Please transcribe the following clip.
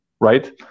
right